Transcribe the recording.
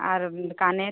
আর কানের